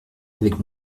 avec